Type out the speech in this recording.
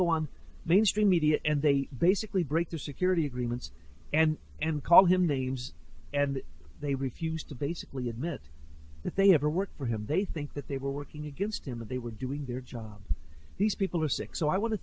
go on mainstream media and they basically break their security agreements and and call him names and they refused to basically admit that they ever worked for him they think that they were working against him that they were doing their job these people are sick so i want to